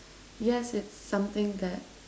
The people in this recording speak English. yes it's something that